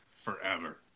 forever